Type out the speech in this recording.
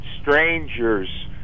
strangers